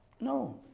No